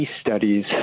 studies